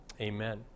amen